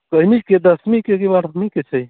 कहनीके दसमीके कि बारहमी के छै